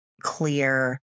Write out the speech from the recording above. clear